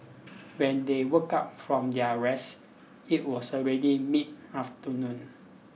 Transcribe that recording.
when they woke up from their rest it was already mid afternoon